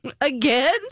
again